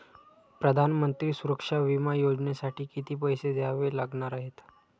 प्रधानमंत्री सुरक्षा विमा योजनेसाठी किती पैसे द्यावे लागणार आहेत?